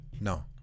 no